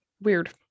weird